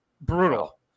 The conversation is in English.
Brutal